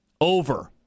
Over